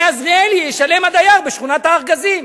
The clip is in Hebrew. עזריאלי" ישלם הדייר בשכונת הארגזים.